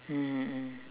mmhmm mm